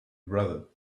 brother